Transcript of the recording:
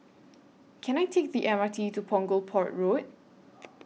Can I Take The M R T to Punggol Port Road